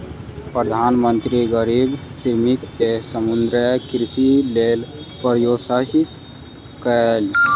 प्रधान मंत्री गरीब श्रमिक के समुद्रीय कृषिक लेल प्रोत्साहित कयलैन